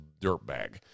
dirtbag